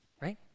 right